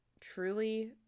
truly